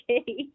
okay